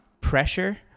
pressure